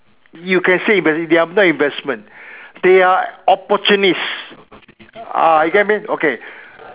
you can say invest~ they are not investment they are opportunists ah you get what I mean okay